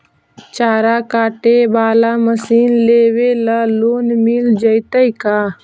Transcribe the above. चारा काटे बाला मशीन लेबे ल लोन मिल जितै का?